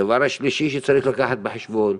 הדבר השלישי שצריך לקחת בחשבון,